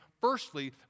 firstly